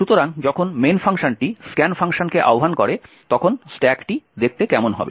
সুতরাং যখন main ফাংশনটি scan ফাংশনকে আহ্বান করে তখন স্ট্যাকটি দেখতে কেমন হবে